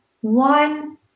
one